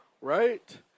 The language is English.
Right